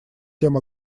тем